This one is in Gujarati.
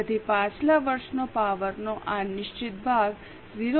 તેથી પાછલા વર્ષનો પાવરનો આ નિશ્ચિત ભાગ 0